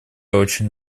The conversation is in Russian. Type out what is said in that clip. очень